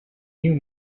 new